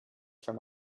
from